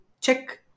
check